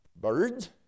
Birds